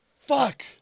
Fuck